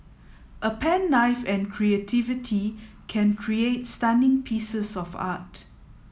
a pen knife and creativity can create stunning pieces of art